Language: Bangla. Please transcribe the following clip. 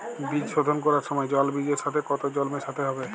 বীজ শোধন করার সময় জল বীজের সাথে কতো জল মেশাতে হবে?